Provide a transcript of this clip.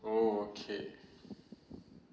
oh okay